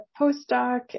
postdoc